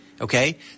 Okay